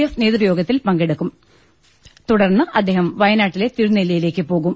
F നേതൃയോഗത്തിൽ പങ്കെടുക്കും തുടർന്ന് അദ്ദേഹം വയനാട്ടിലെ തിരുനെല്ലിയിലേക്ക് പോകും